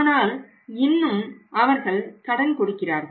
ஆனால் இன்னும் அவர்கள் கடன் கொடுக்கிறார்கள்